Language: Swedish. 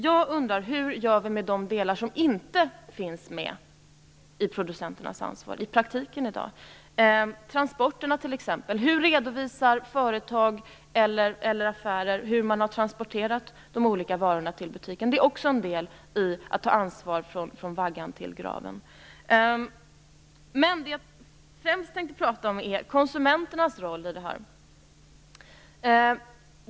Jag undrar: Hur gör vi med de delar som i praktiken inte finns med i producenternas ansvar, t.ex. transporterna? Hur redovisar företag eller affärer hur de olika varorna har transporterats till butiken? Det är också en del i att ta ansvar från vaggan till graven. Det som jag främst tänkte prata om är konsumenternas roll.